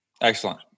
excellent